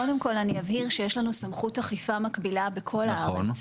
קודם כל אני אבהיר שיש לנו סמכות אכיפה מקבילה בכל הארץ,